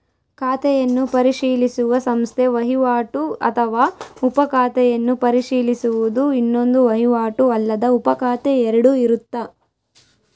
ಖಾತೆಯನ್ನು ಪರಿಶೀಲಿಸುವ ಸಂಸ್ಥೆ ವಹಿವಾಟು ಅಥವಾ ಉಪ ಖಾತೆಯನ್ನು ಪರಿಶೀಲಿಸುವುದು ಇನ್ನೊಂದು ವಹಿವಾಟು ಅಲ್ಲದ ಉಪಖಾತೆ ಎರಡು ಇರುತ್ತ